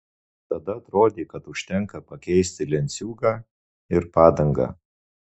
tada atrodė kad užtenka pakeisti lenciūgą ir padangą